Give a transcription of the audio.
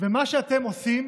ומה שאתם עושים,